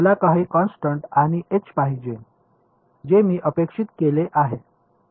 मला काही कॉन्स्टन्ट आणि एच पाहिजे जे मी अपेक्षित केले आहे